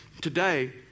today